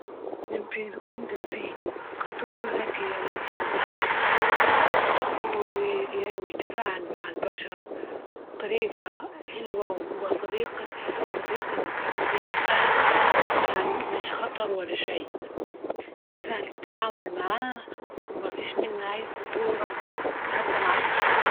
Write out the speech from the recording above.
نبي نكون دولفين قطره زكي يعيش في البحر ويتفاعل مع البشر بطريجة حلوة ،وصديق صديق الإنسان مش خطر ولا شي، سهل التعامل معاه ومفيش منة أي خطورة حتي علي الأطفال.